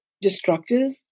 destructive